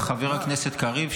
חבר הכנסת קריב,